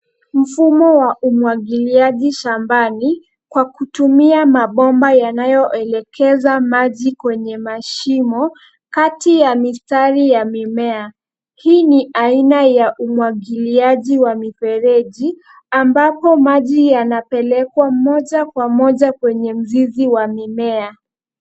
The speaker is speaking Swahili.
Mfumo wa umwagiliaji shambani kwa kutumia mabomba yanayoelekeza maji kwenye mashimo kati ya mistari ya mimea. Hii ni aina ya umwagiliaji wa mifereji ambapo maji yanapelekwa moja kwa moja kwenye mzizi wa mimea.